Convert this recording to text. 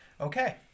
Okay